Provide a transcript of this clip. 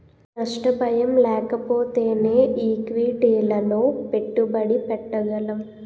నష్ట భయం లేకపోతేనే ఈక్విటీలలో పెట్టుబడి పెట్టగలం